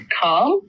calm